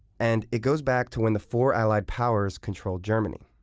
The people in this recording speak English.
and it goes back to when the four allied powers controlled germany.